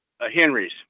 Henrys